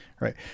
right